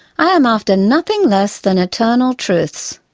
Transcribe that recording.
i am after nothing less than eternal truths